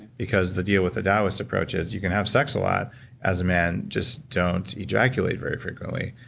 because the deal with the taoist approach is you can have sex a lot as a man, just don't ejaculate very frequently,